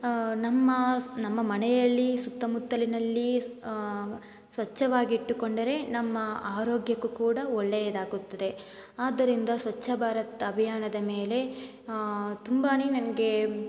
ನಮ್ಮ ನಮ್ಮ ಮನೆಯಲ್ಲಿ ಸುತ್ತಮುತ್ತಲಿನಲ್ಲಿ ಸ್ವಚ್ಛವಾಗಿಟ್ಟುಕೊಂಡರೆ ನಮ್ಮಆರೋಗ್ಯಕ್ಕೂ ಕೂಡ ಒಳ್ಳೆಯದಾಗುತ್ತದೆ ಆದ್ದರಿಂದ ಸ್ವಚ್ಚ ಭಾರತ್ ಅಭಿಯಾನದ ಮೇಲೆ ತುಂಬಾ ನನಗೆ